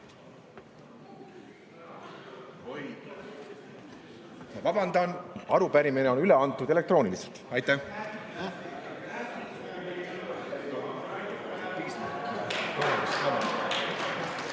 vabandan! Arupärimine on üle antud elektrooniliselt. Aitäh!